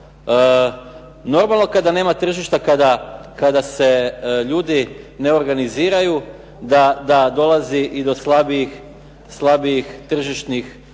Normalno kada nema tržišta, kada se ljudi ne organiziraju da dolazi i do slabijih tržišnih